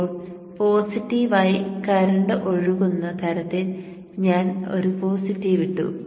ഇപ്പോൾ പോസിറ്റീവ് ആയി കറന്റ് ഒഴുകുന്ന തരത്തിൽ ഞാൻ പോസിറ്റീവ് ഇട്ടു